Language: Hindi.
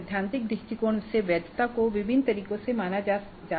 सैद्धांतिक दृष्टिकोण से वैधता को विभिन्न तरीकों से माना जा सकता है